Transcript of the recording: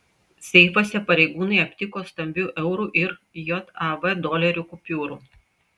seifuose pareigūnai aptiko stambių eurų ir jav dolerių kupiūrų